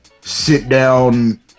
sit-down